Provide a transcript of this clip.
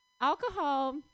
Alcohol